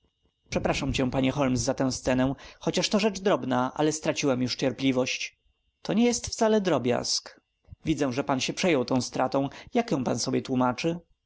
przepraszam cię panie holmes za tę scenę chociaż to rzecz drobna ale straciłem już cierpliwość to nie jest wcale drobiazg widzę że pan przejął się tą stratą jak ją pan sobie tłómaczy